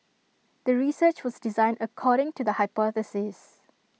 the research was designed according to the hypothesis